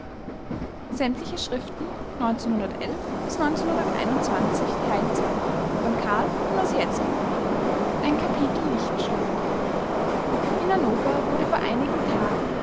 ein kapitel lichtschlag in hannover wurde vor einigen tagen